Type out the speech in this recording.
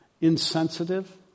insensitive